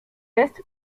est